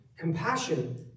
Compassion